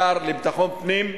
השר לביטחון הפנים,